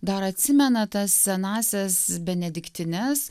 dar atsimena tas senąsias benediktines